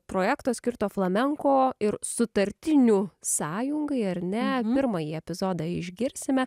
projekto skirto flamenko ir sutartinių sąjungai ar ne pirmąjį epizodą išgirsime